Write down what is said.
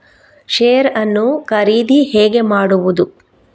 Share ನ್ನು ಖರೀದಿ ಹೇಗೆ ಮಾಡುವುದು?